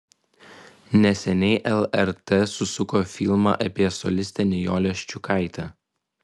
neseniai lrt susuko filmą apie solistę nijolę ščiukaitę